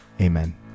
Amen